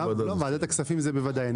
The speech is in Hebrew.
לגבי ועדת הכספים זה בוודאי.